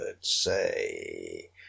say